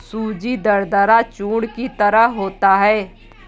सूजी दरदरा चूर्ण की तरह होता है